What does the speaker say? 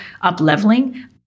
up-leveling